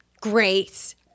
Great